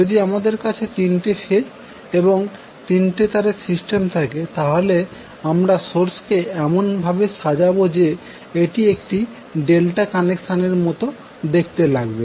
যদি আমাদের কাছে তিনটি ফেজ এবং তিনটি তারের সিস্টেম থাকে তাহলে আমরা সোর্সকে এমন ভাবে সাজাবো যে এটি একটি ডেল্টা কানেকশন এর মতো দেখতে লাগবে